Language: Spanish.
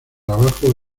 abajo